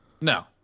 No